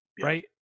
right